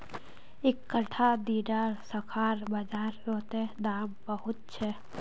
इकट्ठा दीडा शाखार बाजार रोत दाम बहुत छे